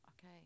okay